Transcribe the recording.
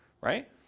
right